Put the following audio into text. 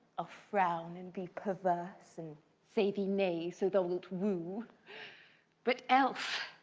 ah frown and be perverse an say thee nay, so thou wilt woo but else,